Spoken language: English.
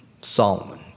Solomon